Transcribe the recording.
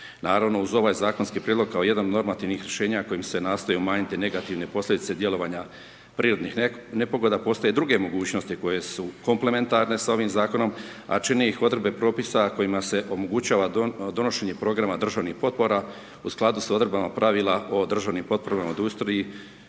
Naravno uz ovaj zakonski prijedlog kao jedan od normativnih rješenja kojim se nastoje umanjiti negativne posljedice djelovanje prirodnih nepogoda, postoje druge mogućnosti koje su komplementarne s ovim zakonom, a čine ih odredbe propisa kojima se omogućava donošenje programa državnih potpora u skladu s odredbama pravila o državnim potporama .../Govornik